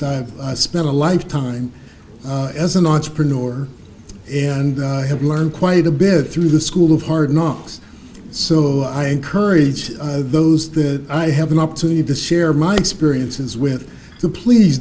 have spent a lifetime as an entrepreneur and i have learned quite a bit through the school of hard knocks so i encourage those that i have an opportunity to share my experiences with the please